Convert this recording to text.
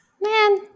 man